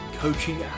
Coaching